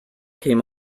came